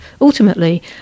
Ultimately